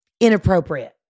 inappropriate